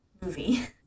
movie